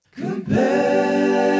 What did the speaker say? compare